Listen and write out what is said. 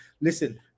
listen